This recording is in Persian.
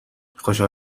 خوشحال